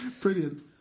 Brilliant